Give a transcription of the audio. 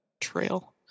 trail